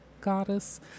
goddess